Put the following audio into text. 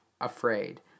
afraid